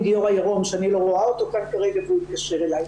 גיורא ירון שאני לא רואה אותו כאן כרגע והוא התקשר אלי.